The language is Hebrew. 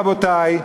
רבותי,